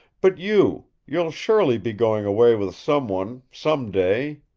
but you you'll surely be going away with some one some day.